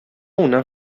una